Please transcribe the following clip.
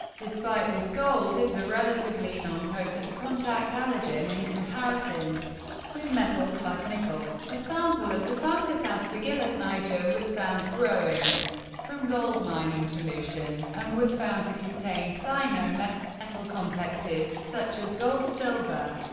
despite this, gold is a relatively non-potent contact allergen, in comparison with metals like nickel. a sample of the fungus aspergillus niger was found growing from gold mining solution and was found to contain cyano metal metal complexes such as gold, silver,